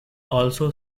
also